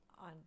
on